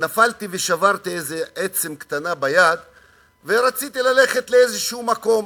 נפלתי ושברתי איזו עצם קטנה ביד ורציתי ללכת לאיזשהו מקום.